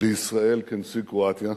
בישראל כנשיא קרואטיה.